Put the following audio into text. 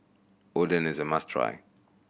oden is a must try